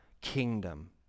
kingdom